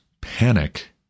panic